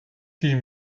fiel